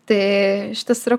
tai šitas yra